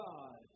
God